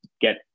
get